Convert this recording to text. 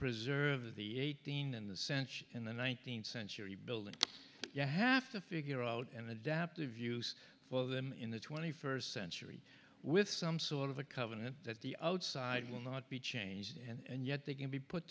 preserve the eighteen in the century in the nineteenth century buildings you have to figure out an adaptive use for them in the twenty first century with some sort of a covenant that the outside will not be changed and yet they can be put